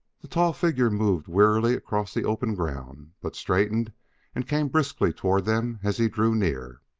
the tall figure moved wearily across the open ground, but straightened and came briskly toward them as he drew near.